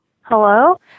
Hello